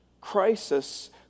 crisis